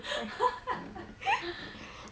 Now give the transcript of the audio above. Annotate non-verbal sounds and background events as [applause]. [laughs]